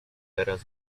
teraz